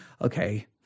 Okay